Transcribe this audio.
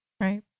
Right